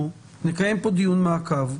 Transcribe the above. אנחנו נתאם פה דיון מעקב.